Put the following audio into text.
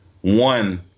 one